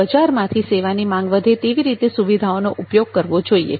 બજારમાંથી સેવાની માંગ વધે એવી રીતે સુવિધાનો ઉપયોગ કરવો જોઈએ